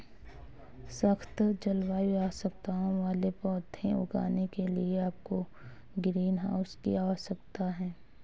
सख्त जलवायु आवश्यकताओं वाले पौधे उगाने के लिए आपको ग्रीनहाउस की आवश्यकता है